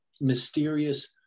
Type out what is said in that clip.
mysterious